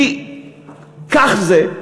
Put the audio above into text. כי כך זה,